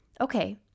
Okay